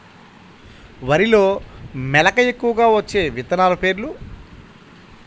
వరిలో మెలక ఎక్కువగా వచ్చే విత్తనాలు పేర్లు?